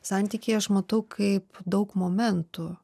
santykį aš matau kaip daug momentų